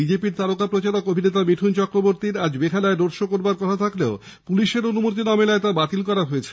বিজেপির তারকা প্রচারক অভিনেতা মিঠুন চক্রবর্তীর আজ বেহালায় রোড শো করার কথা থাকলেও পুলিশের অনুমতি না মেলায় তা বাতিল হয়েছে